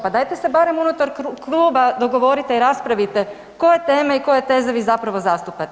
Pa dajte se barem unutar kluba dogovorite i raspravite koje teme i koje teze vi zapravo zastupate.